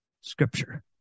Scripture